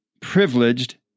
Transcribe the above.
privileged